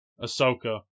Ahsoka